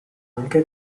anche